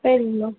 சரிங்கம்மா